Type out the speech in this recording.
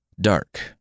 Dark